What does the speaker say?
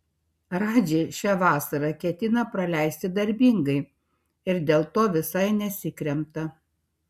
radži šią vasarą ketina praleisti darbingai ir dėl to visai nesikremta